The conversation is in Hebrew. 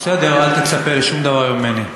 בסדר, אל תצפה לשום דבר ממני.